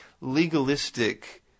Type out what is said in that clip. legalistic